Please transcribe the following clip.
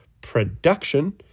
production